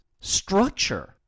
structure